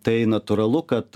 tai natūralu kad